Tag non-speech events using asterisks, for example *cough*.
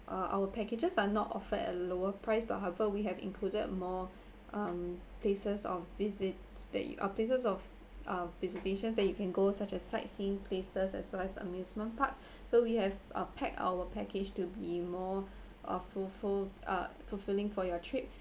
uh our packages are not offered at a lower price but however we have included more *breath* um places of visits that you uh places of uh visitations that you can go such as sightseeing places as well as amusement parks *breath* so we have are packed our package to be more *breath* uh ful~ ful~ uh fulfilling for your trip